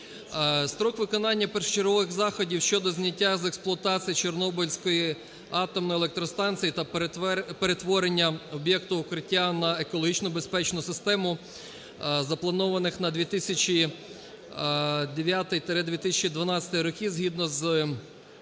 Строк виконання першочергових заходів щодо зняття з експлуатації Чорнобильської атомної електростанції та перетворення об'єкта "Укриття" на екологічно безпечну систему, запланованих на 2009-2012 роки згідно з Законом